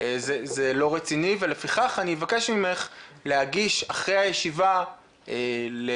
זה לא רציני ולפיכך אני אבקש ממך להגיש אחרי הישיבה לוועדה,